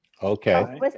Okay